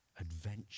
adventure